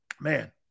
Man